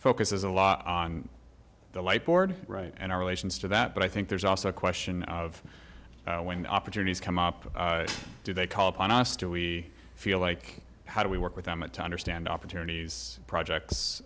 focuses a lot on the light board right and our relations to that but i think there's also a question of when opportunities come up do they call upon us do we feel like how do we work with them a ton or stand opportunities projects